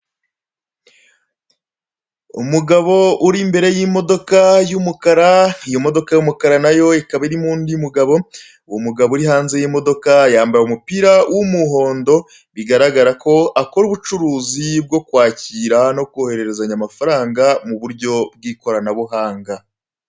Umugabo uri imbere y'imodoka y'umukara, iyo modoka y'umukara na yo ikaba irimo undi mugabo, uwo mugabo uri hanze y'imodoka yambaye umupira w'umuhondo, bigaragara ko akora ubucuruzi bwo kwakira no kohererezanya amafaranga mu buryo bw'ikoranabuhanga.